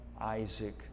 Isaac